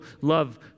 love